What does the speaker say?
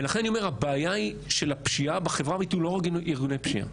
ולכן אני אומר הבעיה היא של הפשיעה בחברה הערבית היא לא ארגוני פשיעה.